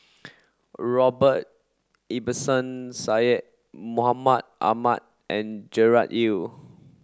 Robert Ibbetson Syed Mohamed Ahmed and Gerard Ee